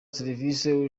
serivisi